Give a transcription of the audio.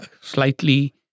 slightly